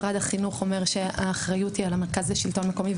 משרד החינוך אומר שהאחריות היא על המרכז לשלטון מקומי,